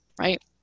right